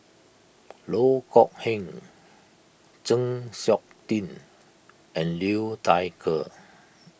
Loh Kok Heng Chng Seok Tin and Liu Thai Ker